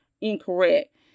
incorrect